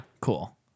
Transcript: Cool